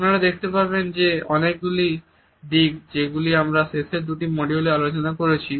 আপনারা দেখতে পাবেন যে অনেক গুলি দিক যেগুলি আমরা শেষের দুটি মডিউলে আলোচনা করেছি